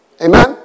Amen